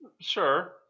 Sure